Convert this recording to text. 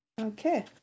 Okay